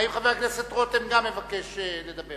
האם גם חבר הכנסת רותם מבקש לדבר?